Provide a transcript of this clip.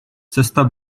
cesta